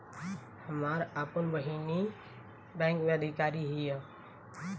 हमार आपन बहिनीई बैक में अधिकारी हिअ